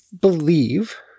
believe